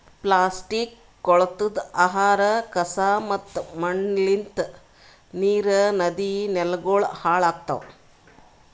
plastic, ಕೊಳತಿದ್ ಆಹಾರ, ಕಸಾ ಮತ್ತ ಮಣ್ಣಲಿಂತ್ ನೀರ್, ನದಿ, ನೆಲಗೊಳ್ ಹಾಳ್ ಆತವ್